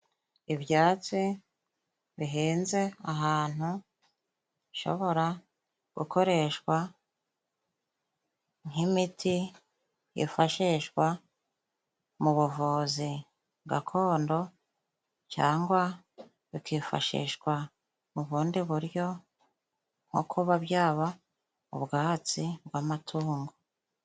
Ibyatsi bihenze ahantu bishobora gukoreshwa nk'imiti yifashishwa mu buvuzi gakondo cyangwa bikifashishwa mu bundi buryo nko kuba byaba ubwatsi bw'amatungo.